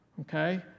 Okay